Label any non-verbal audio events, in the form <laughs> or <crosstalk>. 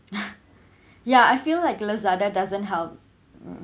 <laughs> <breath> ya I feel like Lazada doesn't help mm